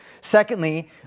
secondly